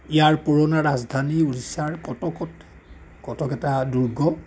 ইয়াৰ পুৰণা ৰাজধানী উৰিষ্য়াৰ কটকত কটক এটা দূৰ্গ